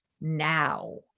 now